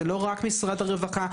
זה לא רק משרד הרווחה,